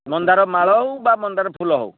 ମନ୍ଦାର ମାଳ ହଉ ମନ୍ଦାର ଫୁଲ ହଉ